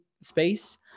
space